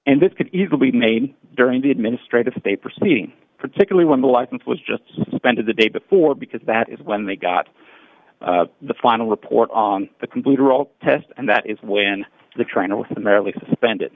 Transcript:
and this could easily be made during the administrative stay proceeding particularly when the license was just spent of the day before because that is when they got the final report on the computer all test and that is when the trainer with the merrily suspended